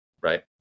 Right